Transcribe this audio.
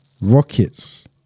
Rockets